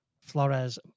Flores